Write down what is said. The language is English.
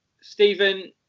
Stephen